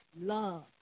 love